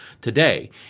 Today